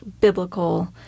biblical